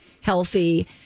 healthy